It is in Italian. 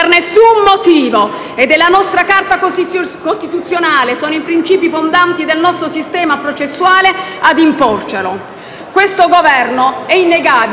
motivo ed è la nostra Carta costituzionale, sono i principi fondanti del nostro sistema processuale a imporcelo. Questo Governo - è innegabile